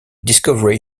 discovery